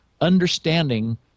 understanding